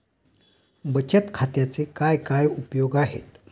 बचत खात्याचे काय काय उपयोग आहेत?